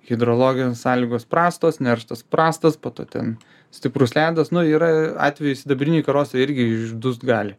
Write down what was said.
hidrologinės sąlygos prastos nerštas prastas po to ten stiprus ledas nu yra atvejis sidabriniai karosai irgi iždust gali